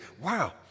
wow